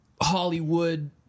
Hollywood